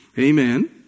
Amen